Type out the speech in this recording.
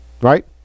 Right